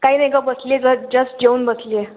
काही नाही गं बसली आहे ज जस्ट जेवून बसली आहे